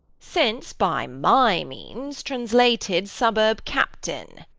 since, by my means, translated suburb-captain.